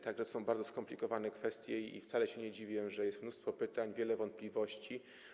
To są bardzo skomplikowane kwestie i wcale się nie dziwiłem, że jest mnóstwo pytań, wiele wątpliwości.